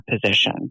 position